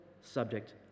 subject